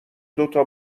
دوتا